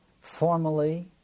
formally